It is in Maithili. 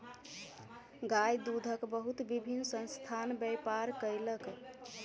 गाय दूधक बहुत विभिन्न संस्थान व्यापार कयलक